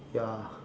ya